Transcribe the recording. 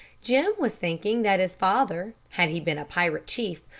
jim was thinking that his father, had he been a pirate chief,